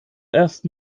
erst